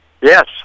Yes